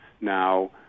Now